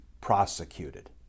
prosecuted